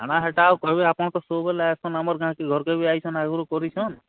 ଆମେ ହେଟା ଆଉ କହେବେ ଆପଣ ତ ସବୁବେଲେ ଆଏସନ୍ ଆମର୍ ଗାଁ କେ ଘର୍କେ ବି ଆଇଛନ୍ ଆଗ୍ରୁ କରିଛନ୍